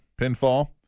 pinfall